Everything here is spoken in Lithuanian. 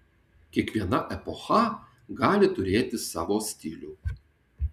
kiekviena epocha gali turėti savo stilių